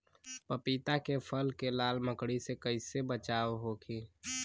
पपीता के फल के लाल मकड़ी से कइसे बचाव होखि?